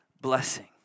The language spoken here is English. blessing